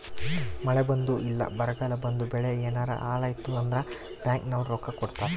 ಮಳೆ ಬಂದು ಇಲ್ಲ ಬರಗಾಲ ಬಂದು ಬೆಳೆ ಯೆನಾರ ಹಾಳಾಯ್ತು ಅಂದ್ರ ಬ್ಯಾಂಕ್ ನವ್ರು ರೊಕ್ಕ ಕೊಡ್ತಾರ